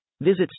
Visit